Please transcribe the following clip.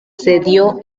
cedió